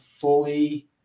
fully